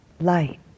light